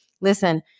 Listen